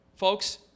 Folks